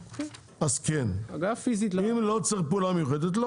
לא צריך להקליט.